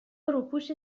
روپوش